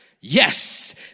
Yes